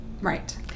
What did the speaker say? Right